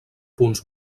punts